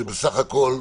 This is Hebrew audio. שבסך הכול,